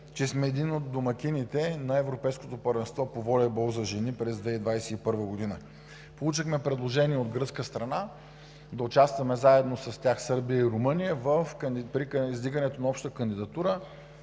че сме един от домакините на Европейското първенство по волейбол за жени през 2021 г. Получихме предложение от гръцка страна да участваме заедно с тях, Сърбия и Румъния, в издигането на общата кандидатура